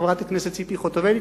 חברת הכנסת ציפי חוטובלי,